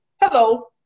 Hello